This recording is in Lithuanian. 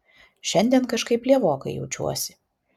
šiandien kažkaip lievokai jaučiuosi